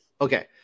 Okay